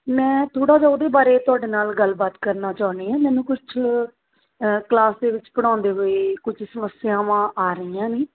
ਮੈਂ ਥੋੜ੍ਹਾ ਜਿਹਾ ਉਹਦੇ ਬਾਰੇ ਤੁਹਾਡੇ ਨਾਲ ਗੱਲਬਾਤ ਕਰਨਾ ਚਾਹੁੰਦੀ ਹਾਂ ਮੈਨੂੰ ਕੁਛ ਕਲਾਸ ਦੇ ਵਿੱਚ ਪੜ੍ਹਾਉਂਦੇ ਹੋਏ ਕੁਝ ਸਮੱਸਿਆਵਾਂ ਆ ਰਹੀਆਂ ਨੇ